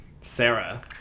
Sarah